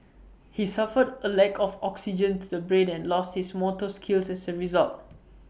he suffered A lack of oxygen to the brain and lost his motor skills as A result